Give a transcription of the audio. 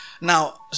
Now